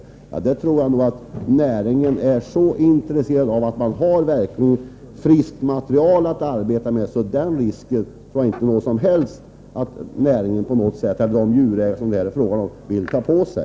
Men jag tror att man inom näringen är synnerligen intresserad av att ha friskt material att arbeta med. Vidare tror jag att de djurägare som det här är fråga om inte på något sätt vill ta några risker i detta sammanhang.